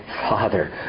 father